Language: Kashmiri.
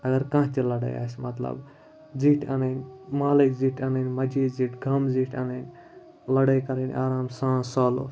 اگر کانٛہہ تہِ لَڑٲے آسہِ مطلب زِٹھۍ اَنٕنۍ محلٕکۍ زِٹھۍ اَنٕنۍ مسجِد ہِنٛدۍ زِٹھۍ گامہٕ زِٹھۍ اَنٕنۍ لَڑٲے کَرٕنۍ آرام سان سالوٗ